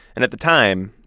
and at the time,